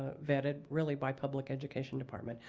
ah vetted, really, by public education department.